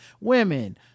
women